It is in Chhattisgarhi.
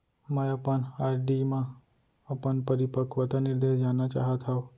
मै अपन आर.डी मा अपन परिपक्वता निर्देश जानना चाहात हव